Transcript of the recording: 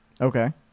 okay